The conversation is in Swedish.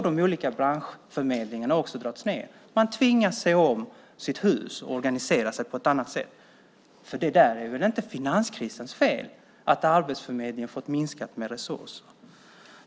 De olika branschförmedlingarna har också dragit ned. Man tvingas se om sitt hus och organisera sig på ett annat sätt. Det är väl inte finanskrisens fel att Arbetsförmedlingen fått minskade resurser?